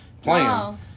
playing